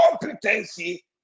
competency